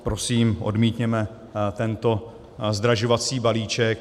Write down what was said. Prosím, odmítněme tento zdražovací balíček.